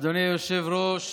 אדוני היושב-ראש,